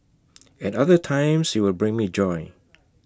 at other times he will bring me joy